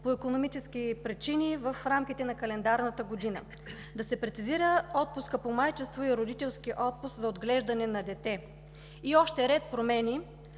по икономически причини в рамките на календарната година; да се прецизира отпускът по майчинство и родителският отпуск за отглеждане на дете. И още ред промени,